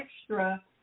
extra